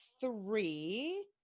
three